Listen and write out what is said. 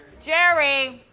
jerry!